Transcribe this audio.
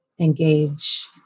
engage